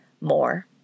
more